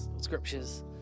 scriptures